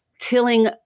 tilling